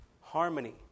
harmony